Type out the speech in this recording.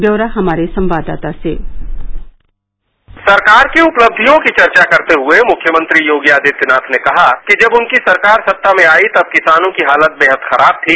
ब्यौरा हमारे संवाददाता से सरकार की उपलब्धियों की चर्चा करते हुए मुख्यमंत्री योगी आदित्यनाथ ने कहा कि जब उनकी सरकार सत्ता में आई तब किसानों की हालत बेहद खराब थी